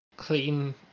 Clean